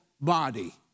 body